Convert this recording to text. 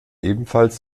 ebenfalls